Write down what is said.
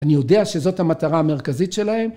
אני יודע שזאת המטרה המרכזית שלהם.